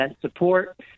support